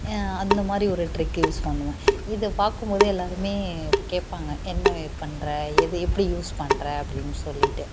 அந்த மாதிரி ஒரு ட்ரிக்கு யூஸ் பண்ணுவேன் இதை பார்க்கும்போது எல்லாேருமே கேட்பாங்க என்ன பண்ணுற எது எப்படி யூஸ் பண்ணுற அப்படின்னு சொல்லிட்டு